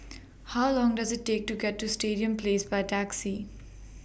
How Long Does IT Take to get to Stadium Place By Taxi